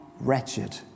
wretched